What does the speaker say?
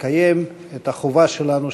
כנסת דבר שהם ודאי יודעים גם כך: בעקבות חובת היוועצות